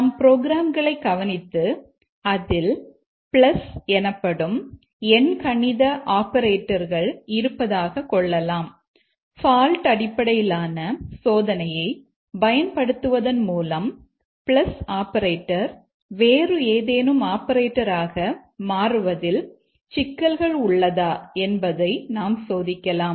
நாம் இங்கே பால்ட் அடிப்படையிலான சோதனையைப் பயன்படுத்துவதன் மூலம் ஆபரேட்டர் வேறு ஏதேனும் ஆபரேட்டராக மாறுவதில் ஏதேனும் சிக்கல்கள் உள்ளதா என்பதை நாம் சோதிக்கலாம்